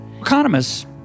Economists